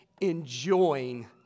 enjoying